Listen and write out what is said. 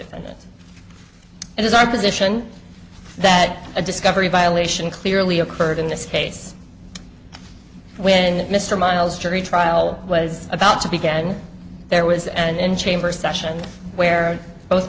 it is our position that a discovery violation clearly occurred in this case when mr myles jury trial was about to begin there was an in chambers session where both